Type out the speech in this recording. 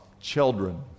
children